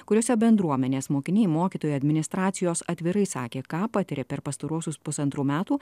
kuriose bendruomenės mokiniai mokytojai administracijos atvirai sakė ką patiria per pastaruosius pusantrų metų